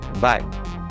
Bye